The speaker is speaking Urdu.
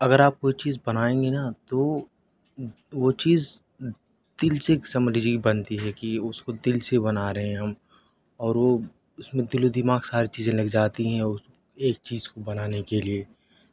اگر آپ کوئی چیز بنائیں گے نا تو وہ چیز دل سے سمجھ لیجیے بنتی ہے کہ اس کو دل سے بنا رہے ہیں ہم اور وہ اس میں دل و دماغ ساری چیزیں لگ جاتی ہیں اور ایک چیز کو بنانے کے لیے